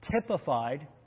typified